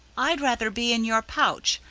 i'd rather be in your pouch,